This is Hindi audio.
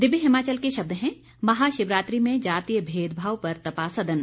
दिव्य हिमाचल के शब्द हैं महाशिवरात्रि में जातीय भेदभाव पर तपा सदन